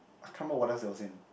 I can't remember what else there was in